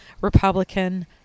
Republican